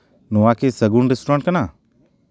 ᱱᱚᱣᱟᱠᱤ ᱥᱟᱹᱜᱩᱱ ᱨᱮᱥᱴᱩᱨᱮᱱᱴ ᱠᱟᱱᱟ